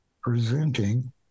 presenting